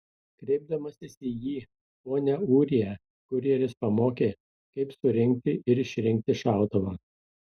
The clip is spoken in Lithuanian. kreipdamasis į jį pone ūrija kurjeris pamokė kaip surinkti ir išrinkti šautuvą